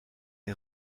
est